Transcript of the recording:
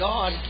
God